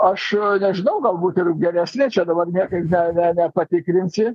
aš nežinau galbūt ir geresni čia dabar niekaip ne ne nepatikrinsi